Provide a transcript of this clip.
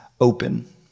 open